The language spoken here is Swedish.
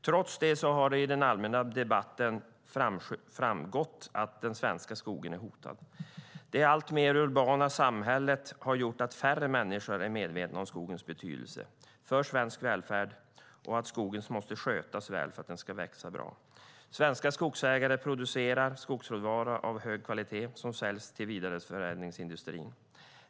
Trots det har det i den allmänna debatten framgått att den svenska skogen är hotad. Det alltmer urbana samhället har gjort att färre människor är medvetna om skogens betydelse för svensk välfärd och att skogen måste skötas väl för att den ska växa bra. Svenska skogsägare producerar skogsråvara av hög kvalitet som säljs till vidareförädlingsindustrin.